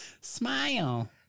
Smile